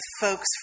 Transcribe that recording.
folks